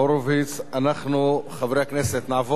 אנחנו, חברי הכנסת, נעבור להצבעה